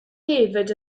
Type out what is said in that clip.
hefyd